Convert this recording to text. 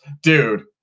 dude